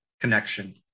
connection